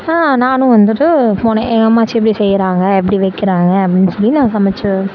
நானும் வந்துட்டு போனேன் என் அம்மாச்சி எப்படி செய்கிறாங்க எப்படி வைக்கிறாங்க அப்படின்னு சொல்லி நான் சமைச்சு